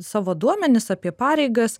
savo duomenis apie pareigas